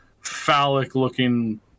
phallic-looking